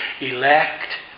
elect